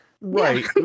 right